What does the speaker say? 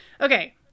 Okay